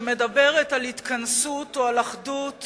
שמדברת על התכנסות או על אחדות